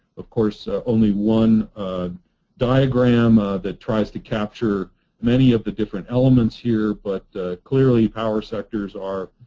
of course, only one diagram that tries to capture many of the different elements here but clearly power sectors are